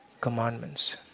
commandments